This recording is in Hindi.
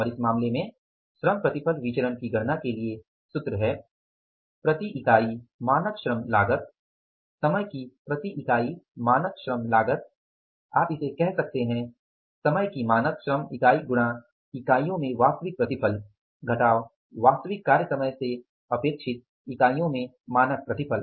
और इस मामले में श्रम प्रतिफल विचरण की गणना के लिए सूत्र है प्रति इकाई मानक श्रम लागत समय की प्रति इकाई मानक श्रम लागत है आप इसे कह सकते है समय की मानक श्रम इकाई गुणा इकाइयों में वास्तविक प्रतिफल घटाव वास्तविक कार्यसमय से अपेक्षित इकाइयों में मानक प्रतिफल